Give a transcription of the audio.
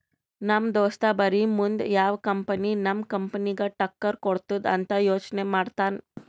ನಮ್ ದೋಸ್ತ ಬರೇ ಮುಂದ್ ಯಾವ್ ಕಂಪನಿ ನಮ್ ಕಂಪನಿಗ್ ಟಕ್ಕರ್ ಕೊಡ್ತುದ್ ಅಂತ್ ಯೋಚ್ನೆ ಮಾಡ್ತಾನ್